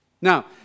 Now